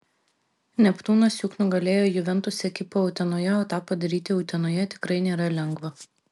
neptūnas juk nugalėjo juventus ekipą utenoje o tą padaryti utenoje tikrai nėra lengva